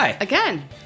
Again